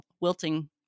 wilting